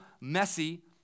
messy